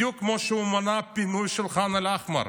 בדיוק כמו שהוא מנע פינוי של ח'אן אל-אחמר.